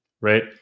right